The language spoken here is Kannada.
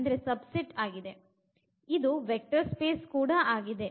ಇದು ವೆಕ್ಟರ್ ಸ್ಪೇಸ್ ಕೂಡ ಆಗಿದೆ